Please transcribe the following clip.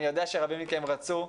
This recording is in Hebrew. אני יודע שרבים מכם רצו,